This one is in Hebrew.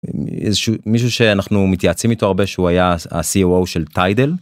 איזשהו מישהו שאנחנו מתייעצים איתו הרבה שהוא היה ה COO של טיידל.